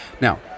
Now